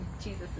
Jesus